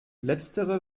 letztere